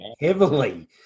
heavily